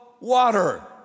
water